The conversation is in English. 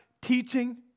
teaching